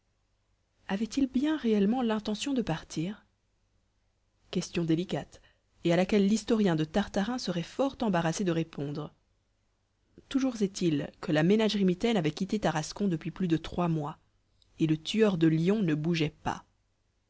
avait-il bien réellement l'intention de partir question délicate et à laquelle l'historien de tartarin serait fort embarrassé de répondre toujours est-il que la ménagerie mitaine avait quitté tarascon depuis plus de trois mois et le tueur de lions ne bougeait pas